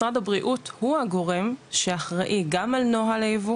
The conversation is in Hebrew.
משרד הבריאות הוא הגורם שאחראי גם על נוהל הייבוא